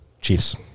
Chiefs